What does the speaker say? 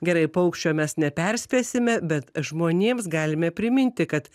gerai paukščio mes neperspėsime bet žmonėms galime priminti kad